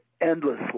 endlessly